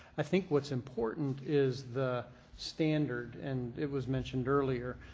i think what's important is the standard and it was mentioned earlier,